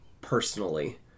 Personally